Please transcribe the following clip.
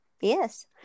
Yes